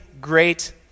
great